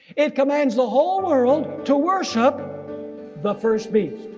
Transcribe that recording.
it commands the whole world to worship the first beast.